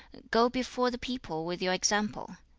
go before the people with your example,